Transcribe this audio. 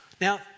Now